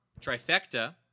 Trifecta